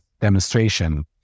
demonstration